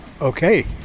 Okay